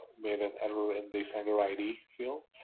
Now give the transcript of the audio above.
made an error in the sender id field,